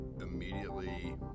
immediately